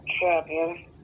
champion